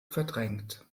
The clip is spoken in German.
verdrängt